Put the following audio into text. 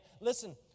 Listen